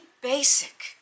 basic